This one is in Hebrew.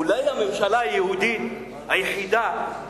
ואולי הממשלה היהודית היחידה,